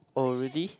oh really